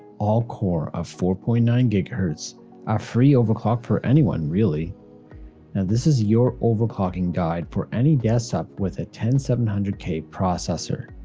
all core of four point nine ghz are free overclock for anyone really. and this is your overclocking guide for any desktop with a ten thousand seven hundred k processor.